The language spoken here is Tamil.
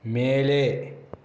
மேலே